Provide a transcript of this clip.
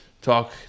talk